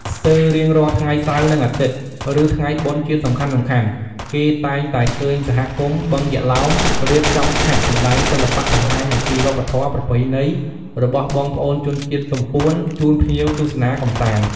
ស្ទើររៀងរាល់ថ្ងៃសៅរ៍និងអាទិត្យ ឬថ្ងៃបុណ្យជាតិសំខាន់ៗគេតែងតែឃើញសហគមន៍ បឹងយក្សឡោម រៀបចំឆាកសម្តែងសិល្បៈបង្ហាញអំពី វប្បធម៌ ប្រពៃណីរបស់បងប្អូនជនជាតិទំពួន ជូនភ្ញៀវទស្សនាកម្សាន្ត។